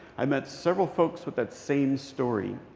i met several folks with that same story.